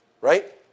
Right